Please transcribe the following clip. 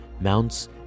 mounts